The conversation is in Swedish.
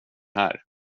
här